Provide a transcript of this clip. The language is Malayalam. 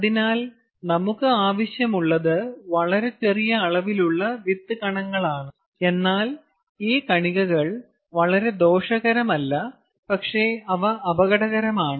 അതിനാൽ നമുക്ക് ആവശ്യമുള്ളത് വളരെ ചെറിയ അളവിലുള്ള വിത്ത് കണങ്ങളാണ് എന്നാൽ ഈ കണികകൾ വളരെ ദോഷകരമല്ല പക്ഷെ അവ അപകടകരമാണ്